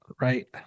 right